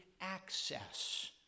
access